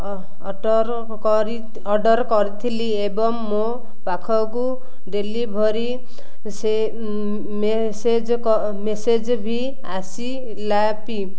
ଅଟର କରି ଅର୍ଡ଼ର କରିଥିଲି ଏବଂ ମୋ ପାଖକୁ ଡେଲିଭରି ସେ ମେସେଜ ମେସେଜ ବି ଆସିଲାପି